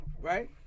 right